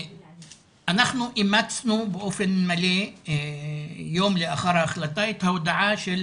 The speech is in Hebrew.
אנחנו אימצנו באופן מלא יום לאחר ההחלטה את ההודעה של